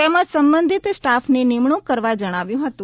તેમજ સંબંધિત સ્ટાફની નિમણૂંક કરવા જણાવ્યું હતું